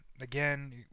again